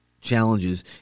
challenges